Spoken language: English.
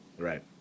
right